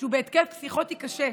שהוא בהתקף פסיכוטי קשה.